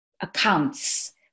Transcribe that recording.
accounts